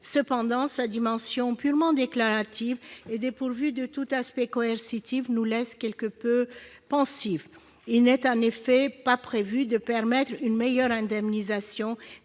Néanmoins, sa dimension purement déclarative et dépourvue de tout aspect coercitif nous laisse quelque peu pensifs. En effet, il n'est pas prévu de permettre une meilleure indemnisation